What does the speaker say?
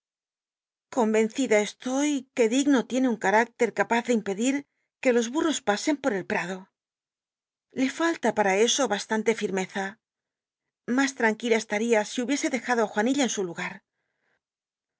conrencida estoy que dick no tiene un c u icter capaz de impedir qu e los bmros pasen por el prado le falla para eso bastan te firmcza lilas tranquila estaría si hubiese dejado i juanilla en su lugar